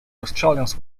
australians